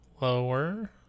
lower